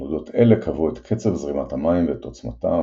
תנודות אלה קבעו את קצב זרימת המים ואת עוצמתה,